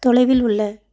தொலைவில் உள்ள